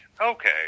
okay